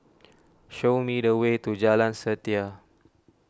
show me the way to Jalan Setia